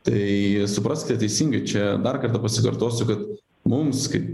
tai supraskit teisingai čia dar kartą pasikartosiu kad mums kaip